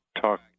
talk